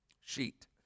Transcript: sheet